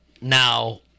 Now